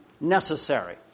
necessary